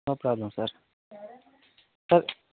no problem sir sir